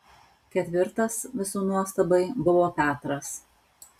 ketvirtas visų nuostabai buvo petras